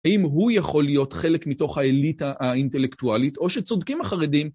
אם הוא יכול להיות חלק מתוך האליטה האינטלקטואלית או שצודקים החרדים